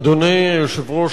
אדוני היושב-ראש,